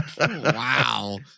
Wow